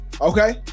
okay